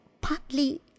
partly